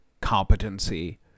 competency